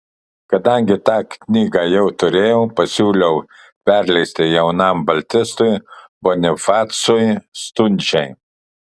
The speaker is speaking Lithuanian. kadangi tą knygą jau turėjau pasiūliau perleisti jaunam baltistui bonifacui stundžiai